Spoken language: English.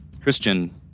Christian